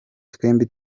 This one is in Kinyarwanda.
twembi